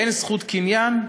אין זכות קניין?